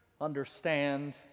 understand